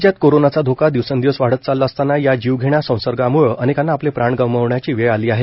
राज्यात कोरोनाचा धोका दिवसेंदिवस वाढत चालला असताना या जीवघेण्या संसर्गामुळे अनेकांना आपले प्राण गमावण्याची वेळ आली आहे